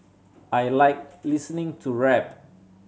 I like listening to rap